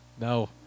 no